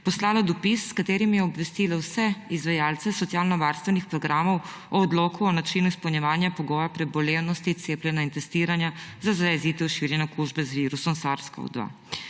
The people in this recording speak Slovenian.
poslalo dopis, s katerim je obvestilo vse izvajalce socialnovarstvenih programov o Odloku o načinu izpolnjevanja pogoja prebolevnosti, cepljenja in testiranja za zajezitev širjenja okužb z virusom SARS-CoV-2.